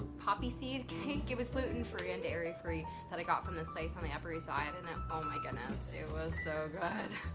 poppy seed cake it was gluten free and dairy free that i got from this place on the upper east side and and oh my goodness it was so good.